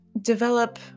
develop